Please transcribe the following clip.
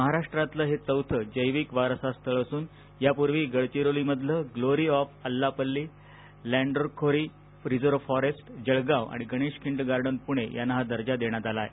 महाराष्ट्रातलं हे चौथ जैविक वारसा स्थळ असून यापूर्वी गडचिरोलीममधलं glory of Allapalli Landorkhori reserve forest Jalgaon आणि गणेशखिंड गार्डन पुणे यांना हा दर्जा देण्यात आला आहे